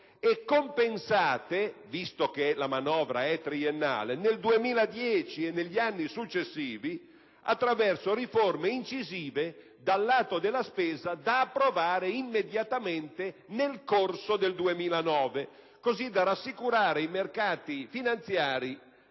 momento che la manovra è triennale, nel 2010 e negli anni seguenti attraverso riforme incisive dal lato della spesa, da approvare immediatamente nel corso del 2009, in modo da rassicurare i mercati finanziari